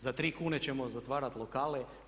Za tri kune ćemo zatvarati lokale.